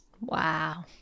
Wow